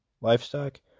livestock